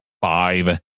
five